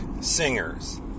singers